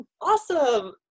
Awesome